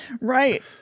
Right